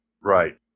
Right